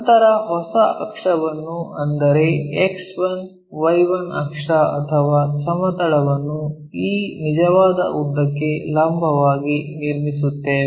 ನಂತರ ಹೊಸ ಅಕ್ಷವನ್ನು ಅಂದರೆ X 1 Y 1 ಅಕ್ಷ ಅಥವಾ ಸಮತಲವನ್ನು ಈ ನಿಜವಾದ ಉದ್ದಕ್ಕೆ ಲಂಬವಾಗಿ ನಿರ್ಮಿಸುತ್ತೇವೆ